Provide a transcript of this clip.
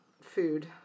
food